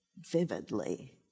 vividly